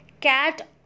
Cat